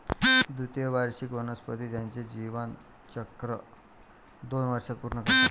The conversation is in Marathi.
द्विवार्षिक वनस्पती त्यांचे जीवनचक्र दोन वर्षांत पूर्ण करतात